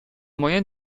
moyen